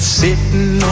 sitting